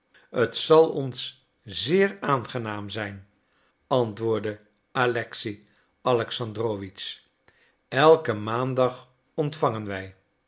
t zal ons zeer aangenaam zijn antwoordde alexei alexandrowitsch elken maandag ontvangen wij